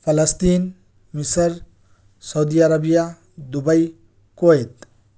فلسطین مصر Saudi Arabia Dubai Kuwait